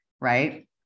right